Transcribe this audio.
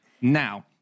Now